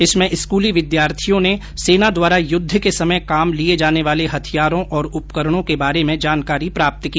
इसमें स्कूली विद्यार्थियों ने सेना द्वारा युद्ध के समय काम लिये जाने वाले हथियारों और उपकरणों के बारे में जानकारी प्राप्त की